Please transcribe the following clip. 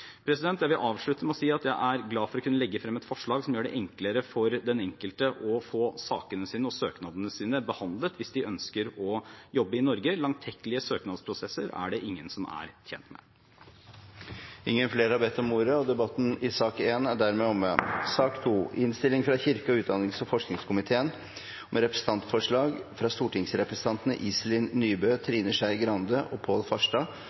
Jeg vil avslutte med å si at jeg er glad for å kunne legge frem et forslag som gjør det enklere for den enkelte å få saken sin og søknaden sin behandlet hvis de ønsker å jobbe i Norge. Langtekkelige søknadsprosesser er det ingen som er tjent med. Flere har ikke bedt om ordet til sak nr. 1. Etter ønske fra kirke-, utdannings- og forskningskomiteen vil presidenten foreslå at taletiden blir begrenset til 5 minutter til hver partigruppe og